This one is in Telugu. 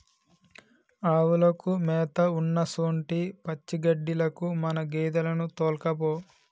ఆవులకు మేత ఉన్నసొంటి పచ్చిగడ్డిలకు మన గేదెలను తోల్కపో